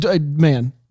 man